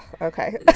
Okay